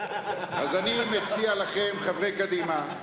אז אני מציע לכם, חברי קדימה,